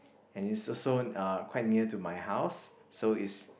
and it's also uh quite near to my house so it's